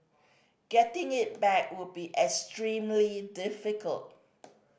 getting it back would be extremely difficult